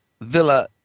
Villa